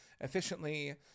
efficiently